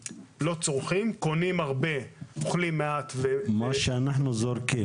קונים הרבה, אוכלים מעט -- מה שאנחנו זורקים.